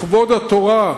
לכבוד התורה,